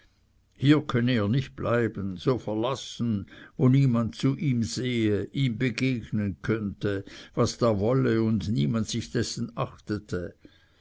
hier könne er nicht bleiben so verlassen wo niemand zu ihm sehe ihm begegnen könnte was da wollte niemand sich dessen achte